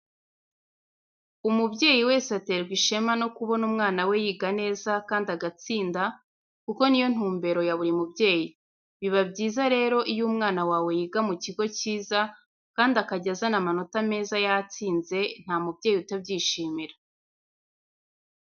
Umubyeyi wese aterwa ishema no kubona umwana we yiga neza kandi agatsinda kuko ni yo ntumbero ya buri mubyeyi. Biba byiza rero iyo umwana wawe yiga mu kigo cyiza kandi akajya azana amanota meza yatsinze nta mubyeyi utabyishimira.